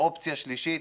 אופציה שלישית